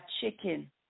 chicken